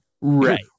right